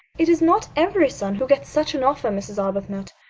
it is not every son who gets such an offer, mrs. arbuthnot.